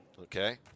Okay